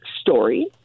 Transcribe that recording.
story